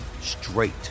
straight